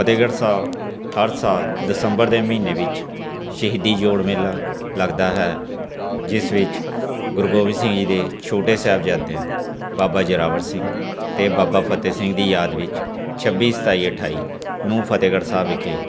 ਫਤਿਹਗੜ੍ਹ ਸਾਹਿਬ ਹਰ ਸਾਲ ਦਸੰਬਰ ਦੇ ਮਹੀਨੇ ਵਿੱਚ ਸ਼ਹੀਦੀ ਜੋੜ ਮੇਲਾ ਲੱਗਦਾ ਹੈ ਜਿਸ ਵਿੱਚ ਗੁਰੂ ਗੋਬਿੰਦ ਸਿੰਘ ਜੀ ਦੇ ਛੋਟੇ ਸਾਹਿਬਜ਼ਾਦਿਆਂ ਹਨ ਬਾਬਾ ਜ਼ੋਰਾਵਰ ਸਿੰਘ ਅਤੇ ਬਾਬਾ ਫਤਿਹ ਸਿੰਘ ਦੀ ਯਾਦ ਵਿੱਚ ਛੱਬੀ ਸਤਾਈ ਅਠਾਈ ਨੂੰ ਫਤਿਹਗੜ੍ਹ ਸਾਹਿਬ ਵਿਖੇ